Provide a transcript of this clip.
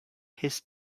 his